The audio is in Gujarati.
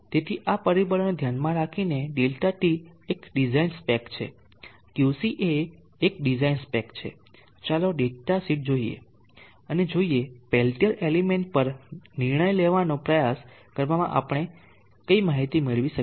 તેથી આ પરિબળોને ધ્યાનમાં રાખીને ΔT એક ડિઝાઇન સ્પેક છે QC એ એક ડિઝાઇન સ્પેક છે ચાલો ડેટા શીટ જોઈએ અને જોઈએ પેલ્ટીયર એલિમેન્ટ પર નિર્ણય લેવાનો પ્રયાસ કરવામાં આપણે કઈ માહિતી મેળવી શકીએ